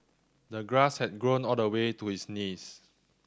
the grass had grown all the way to his knees